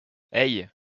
hey